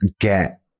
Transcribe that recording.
get